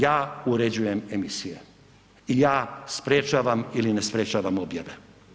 Ja uređujem emisije i ja sprječavam ili ne sprečavam objave.